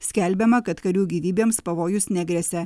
skelbiama kad karių gyvybėms pavojus negresia